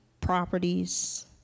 properties